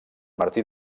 martí